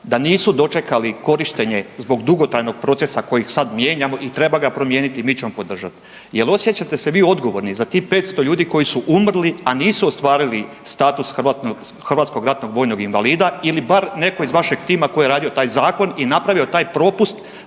da nisu dočekali korištenje zbog dugotrajnog procesa koji sad mijenjamo i treba promijeniti, mi ćemo podržat. Jel osjećate se vi odgovorni za tih 500 ljudi koji su umrli a nisu ostvarili status HRVI-a ili bar neko iz vašeg tima koji je radio taj zakon i napravio taj propust